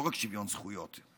לא רק שוויון זכויות,